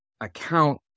account